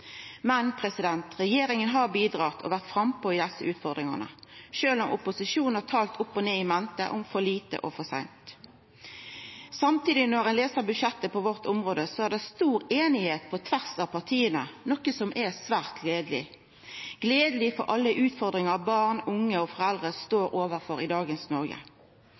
Men regjeringa har bidrege og vore frampå i desse utfordringane, sjølv om opposisjonen har talt opp og ned i mente om for lite og for seint. Samtidig, når ein les budsjettet på vårt område, er det stor einigheit på tvers av partia, noko som er svært gledeleg, gledeleg med tanke på alle utfordringar barn, unge og foreldre står overfor i dagens Noreg.